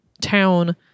town